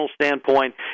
standpoint